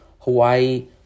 Hawaii